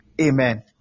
Amen